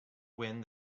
wind